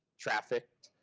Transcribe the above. trafficked,